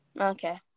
Okay